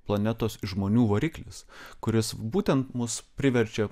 planetos žmonių variklis kuris būtent mus priverčia